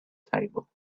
table